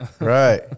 right